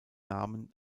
namen